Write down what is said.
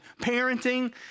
parenting